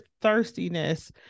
thirstiness